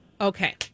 Okay